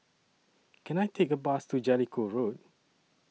Can I Take A Bus to Jellicoe Road